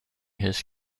his